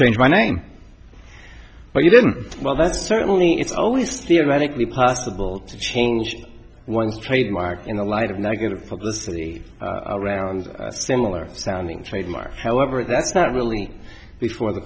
change my name but you didn't well that certainly it's always theoretically possible to change one's trademark in the light of negative publicity around similar sounding trademarks however that's not really before the